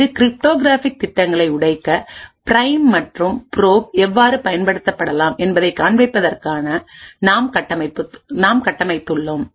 இது கிரிப்டோகிராஃபிக் திட்டங்களை உடைக்கபிரைம் மற்றும் ப்ரோப் எவ்வாறு பயன்படுத்தப்படலாம் என்பதைக் காண்பிப்பதற்காக நாம் கட்டமைத்து உள்ளோம்